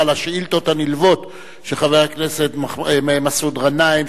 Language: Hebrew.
ועל השאילתות הנלוות של חבר הכנסת מסעוד גנאים,